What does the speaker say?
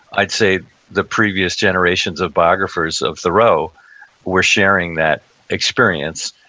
i'd say the previous generations of biographers of thoreau were sharing that experience.